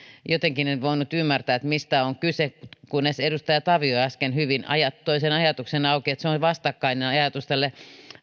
jotenkin en voinut ymmärtää mistä on kyse kunnes edustaja tavio äsken hyvin toi sen ajatuksen auki että se on vastakkainen ajatus tälle